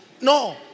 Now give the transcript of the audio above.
No